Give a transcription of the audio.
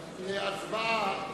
עכשיו להצבעה